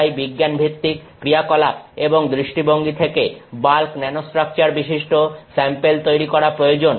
তাই বিজ্ঞানভিত্তিক ক্রিয়া কলাপ এর দৃষ্টিভঙ্গি থেকে বাল্ক ন্যানোস্ট্রাকচারবিশিষ্ট স্যাম্পেল তৈরি করা প্রয়োজন